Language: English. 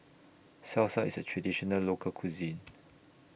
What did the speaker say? Salsa IS A Traditional Local Cuisine